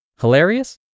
Hilarious